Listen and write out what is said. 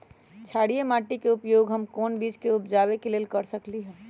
क्षारिये माटी के उपयोग हम कोन बीज के उपजाबे के लेल कर सकली ह?